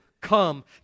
come